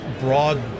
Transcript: broad